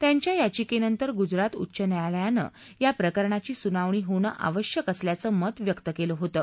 त्यांच्या याचिकेनंतर गुजरात उच्च न्यायालयानं या प्रकरणाची सुनावणी होणं आवश्यक असल्याचं मत व्यक्त केलं होतं